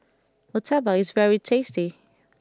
Murtabak is very tasty